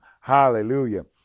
Hallelujah